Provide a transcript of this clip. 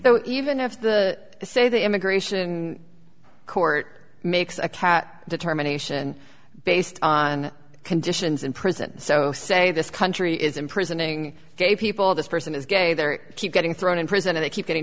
it even if the say the immigration court makes a cat determination based on conditions in prison so say this country is imprisoning gay people this person is gay they're keep getting thrown in prison if they keep getting